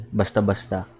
basta-basta